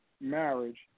marriage